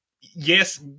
yes